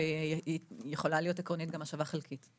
ועקרונית יכולה להיות גם השבה חלקית.